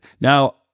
Now